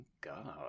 God